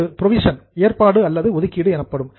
அது புரோவிஷன் ஏற்பாடு அல்லது ஒதுக்கீடு எனப்படும்